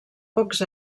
pocs